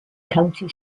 county